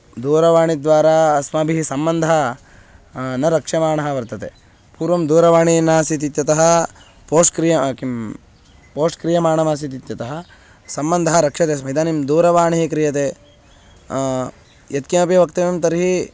दूरवाणीद्वारा अस्माभिः सम्बन्धः न रक्ष्यमाणः वर्तते पूर्वं दूरवाणी नासीत् इत्यतः पोस्ट् क्रियते किं पोस्ट् क्रियमाणमासीद् इत्यतः सम्बन्धः रक्ष्यते स्म इदानीं दूरवाणी क्रियते यत्किमपि वक्तव्यं तर्हि